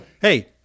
Hey